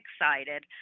excited